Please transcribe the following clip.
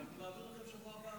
אבל אני מעביר לכם בשבוע הבא.